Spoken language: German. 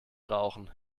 brauchen